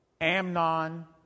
Amnon